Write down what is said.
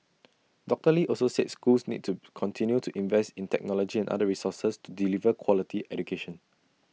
doctor lee also said schools need to continue to invest in technology and other resources to deliver quality education